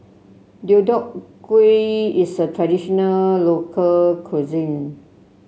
Deodeok Gui is a traditional local cuisine